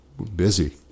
Busy